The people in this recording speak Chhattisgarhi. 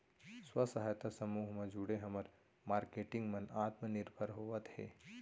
स्व सहायता समूह म जुड़े हमर मारकेटिंग मन आत्मनिरभर होवत हे